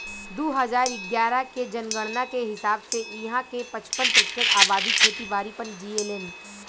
दू हजार इग्यारह के जनगणना के हिसाब से इहां के पचपन प्रतिशत अबादी खेती बारी पर जीऐलेन